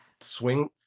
swing